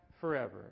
forever